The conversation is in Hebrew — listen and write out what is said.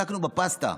התעסקנו בפסטה.